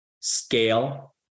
scale